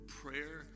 prayer